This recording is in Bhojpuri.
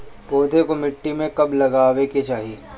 पौधे को मिट्टी में कब लगावे के चाही?